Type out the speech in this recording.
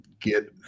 get